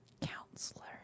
counselor